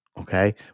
Okay